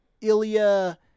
Ilya